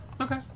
Okay